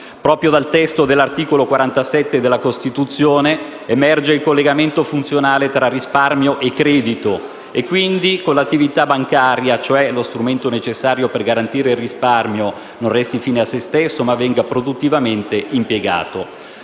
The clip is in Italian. Proprio dal testo dell'articolo 47 della Costituzione emerge il collegamento funzionale tra risparmio e credito e, quindi, con l'attività bancaria, cioè lo strumento necessario per garantire che il risparmio non resti fine a se stesso ma venga produttivamente impiegato.